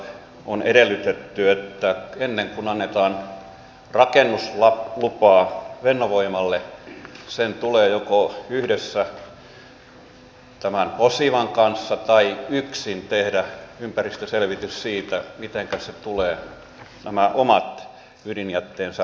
on edellytetty että ennen kuin annetaan rakennuslupa fennovoimalle sen tulee joko yhdessä posivan kanssa tai yksin tehdä ympäristöselvitys siitä mitenkä se tulee nämä omat ydinjätteensä loppusijoittamaan